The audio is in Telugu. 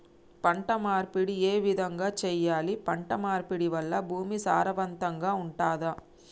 పంట మార్పిడి ఏ విధంగా చెయ్యాలి? పంట మార్పిడి వల్ల భూమి సారవంతంగా ఉంటదా?